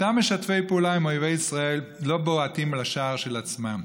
אותם משתפי פעולה עם אויבי ישראל לא בועטים לשער של עצמם,